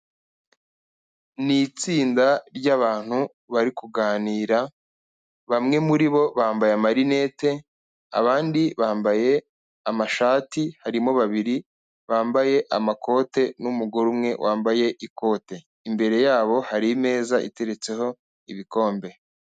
Ni itsinda ry'abantu bari kuganira, bamwe muri bo bambaye amarinete, abandi bambaye amashati, harimo babiri bambaye amakote, n'umugore umwe wambaye ikote, imbere y'abo hari imeza iteretseho ibikombe.